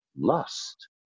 lust